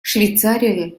швейцария